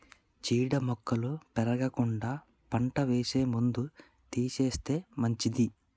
చీడ మొక్కలు పెరగకుండా పంట వేసే ముందు తీసేస్తే మంచిది